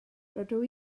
rydw